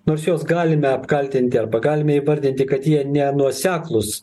nors juos galime apkaltinti arba galime įvardinti kad jie nenuoseklūs